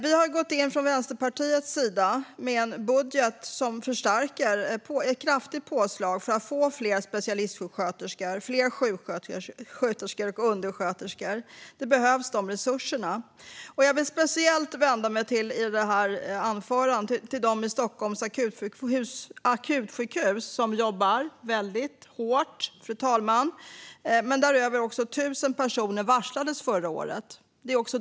Vi har från Vänsterpartiets sida gått in med en budget som förstärker och ger ett kraftigt påslag för att få fler specialistsjuksköterskor, fler sjuksköterskor och fler undersköterskor. De resurserna behövs. Jag vill i det här anförandet speciellt vända mig till dem som jobbar väldigt hårt vid Stockholms akutsjukhus där också över tusen personer varslades förra året.